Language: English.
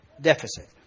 deficit